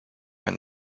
and